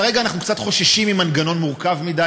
כרגע אנחנו קצת חוששים ממנגנון מורכב מדי.